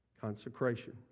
Consecration